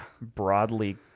Broadly